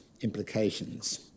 implications